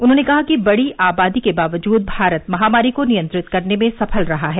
उन्होंने कहा कि बड़ी आबादी के बावजूद भारत महामारी को नियंत्रित करने में सफल रहा है